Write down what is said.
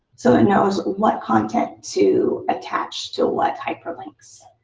so it knows what content to attach to what hyperlinks.